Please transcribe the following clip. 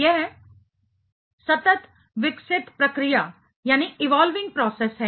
यह सतत विकसित प्रक्रिया इवॉल्विंग प्रोसेस है